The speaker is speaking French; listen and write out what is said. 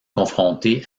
confronté